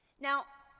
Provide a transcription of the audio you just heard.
now,